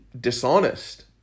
dishonest